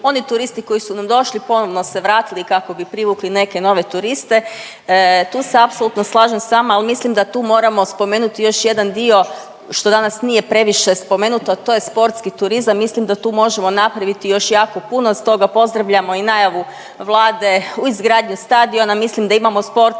oni turisti koji su nam došli ponovno se vratili i kako bi privukli neke nove turiste, tu se apsolutno slažem s vama, al mislim da tu moramo spomenuti još jedan dio, što danas nije previše spomenuto, a to je sportski turizam, mislim da tu možemo napraviti još jako puno. Stoga pozdravljamo i najavu Vlade u izgradnji stadiona, mislim da imamo sport